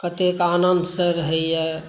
कतेक आनन्द से रहैए